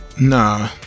nah